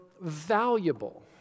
valuable